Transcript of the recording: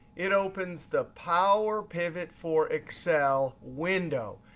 it opens the power pivot for excel window.